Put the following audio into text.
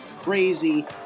crazy